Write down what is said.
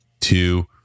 two